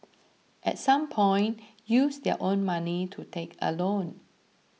at some point use their own money to take a loan